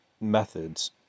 methods